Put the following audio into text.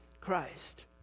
Christ